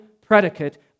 predicate